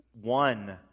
one